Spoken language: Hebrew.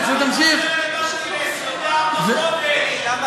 אבל מה זה רלוונטי ל-24 חודש?